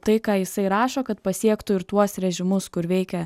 tai ką jisai rašo kad pasiektų ir tuos režimus kur veikia